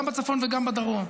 גם בצפון וגם בדרום,